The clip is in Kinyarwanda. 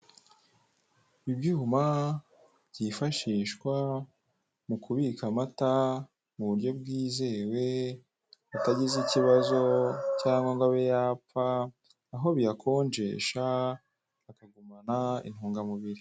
Ibyuma byifashishwa mu kubika amata mu buryo bwizewe atagize ikibazo cyangwa ngo abe yapfa aho biyakonjesha akagumana intungamubiri.